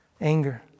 anger